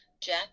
Jack